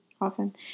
often